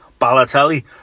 Balotelli